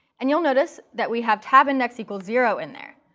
and you'll notice that we have tabindex equals zero in there,